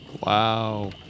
Wow